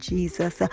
Jesus